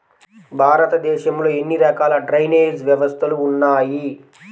భారతదేశంలో ఎన్ని రకాల డ్రైనేజ్ వ్యవస్థలు ఉన్నాయి?